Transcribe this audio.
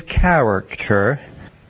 character